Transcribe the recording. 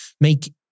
make